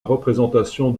représentation